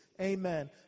Amen